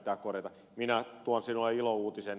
minä tuon teille ilouutisen ed